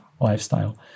lifestyle